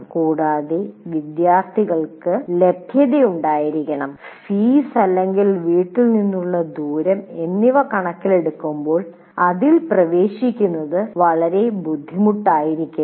കൂടാതെ വിദ്യാർത്ഥികൾക്ക് ലഭൃത ഉണ്ടായിരിക്കണം ഫീസ് അല്ലെങ്കിൽ വീട്ടിൽ നിന്നുള്ള ദൂരം എന്നിവ കണക്കിലെടുക്കുമ്പോൾ അതിൽ പ്രവേശിക്കുന്നത് വളരെ ബുദ്ധിമുട്ടായിരിക്കരുത്